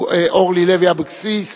אורלי לוי אבקסיס,